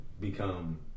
become